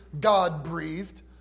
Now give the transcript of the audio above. God-breathed